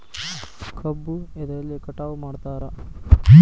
ಕಬ್ಬು ಎದ್ರಲೆ ಕಟಾವು ಮಾಡ್ತಾರ್?